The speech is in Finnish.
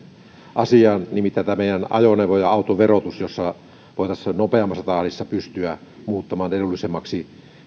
asiaan nimittäin tämä meidän ajoneuvo ja autoverotus jolla voitaisiin nopeammassa tahdissa pystyä muuttamaan edullisemmaksi